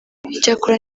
icyakora